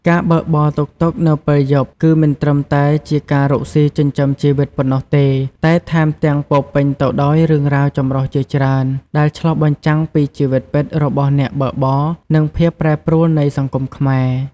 ការបើកបរតុកតុកនៅពេលយប់ គឺមិនត្រឹមតែជាការរកស៊ីចិញ្ចឹមជីវិតប៉ុណ្ណោះទេ តែថែមទាំងពោរពេញទៅដោយរឿងរ៉ាវចម្រុះជាច្រើន ដែលឆ្លុះបញ្ចាំងពីជីវិតពិតរបស់អ្នកបើកបរ និងភាពប្រែប្រួលនៃសង្គមខ្មែរ។